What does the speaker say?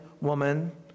woman